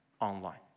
online